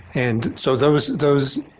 and so, those those